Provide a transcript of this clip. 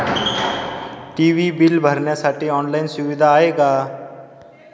TV bill भरण्यासाठी online सुविधा आहे का?